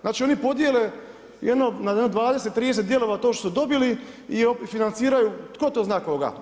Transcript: Znači oni podijele na jedno 20, 30 dijelova to što su dobili i financiraju tko to zna koga.